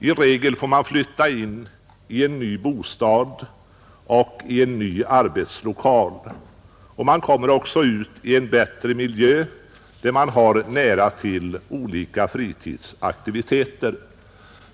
I regel får man flytta in i en ny bostad och en ny arbetslokal. Man kommer också ut i bättre miljö, där man har nära till olika fritidsaktiviteter.